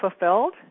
fulfilled